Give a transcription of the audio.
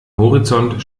horizont